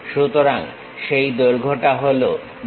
সুতরাং সেই দৈর্ঘ্যটা হলো D